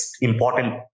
important